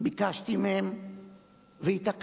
ביקשתי מהם והתעקשתי